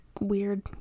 weird